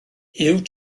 huw